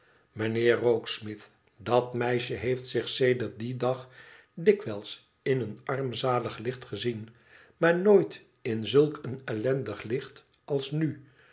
mijnheer rokesmith dat meisje heefl zich sedert dien dag dikwijls in een armzalig licht gezien maar nooit in zulk een ellendig licht als nu